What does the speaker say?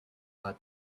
are